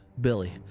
Billy